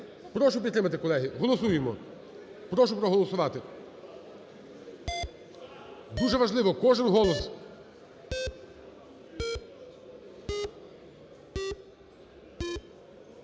Прошу підтримати, колеги. Голосуємо. Прошу проголосувати. Дуже важливо, кожен голос.